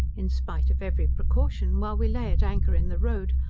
in spite of every precaution, while we lay at anchor in the road,